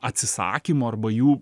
atsisakymo arba jų